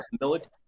military